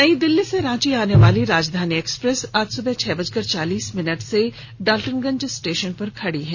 नयी दिल्ली से रांची आनेवाली राजधानी एक्सप्रेस आज सुबह छह बजकर चालीस मिनट से डालटनगंज स्टेशन पर खड़ी है